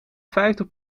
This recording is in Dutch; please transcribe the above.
vijftig